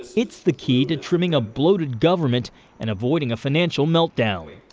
it's the key to trimming a bloated government and avoiding a financial meltdown.